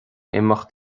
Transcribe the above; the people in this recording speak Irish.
imeacht